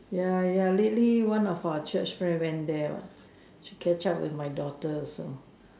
ya ya lately one of our Church friend went there what she catch up with my daughter also